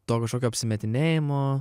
to kažkokio apsimetinėjimo